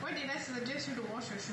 why did I suggest you to wash your shoe